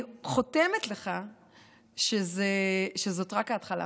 אני חותמת לך שזאת רק ההתחלה